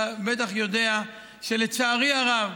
אתה בטח יודע שלצערי הרב,